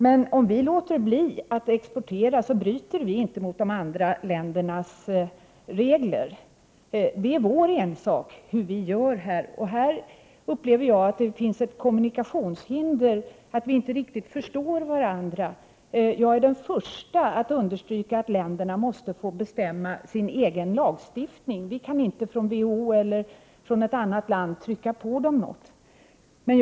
Men om vi låter bli att exportera bryter vi inte mot de andra ländernas regler. Det är vår ensak hur vi gör. Här upplever jag att det finns kommunikationshinder — att vi inte riktigt förstår varandra. Jag är den första att understryka att länderna måste få bestämma sin egen lagstiftning. Vi kan inte från WHO eller från något annat land trycka på länderna någonting.